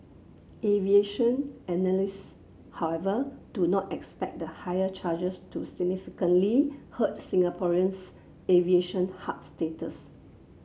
aviation analysts however do not expect the higher charges to significantly hurt Singapore's aviation hub status